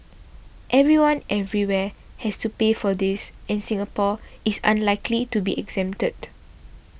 everyone everywhere has to pay for this and Singapore is unlikely to be exempted